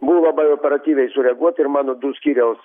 buvo labai operatyviai sureaguota ir mano du skyriaus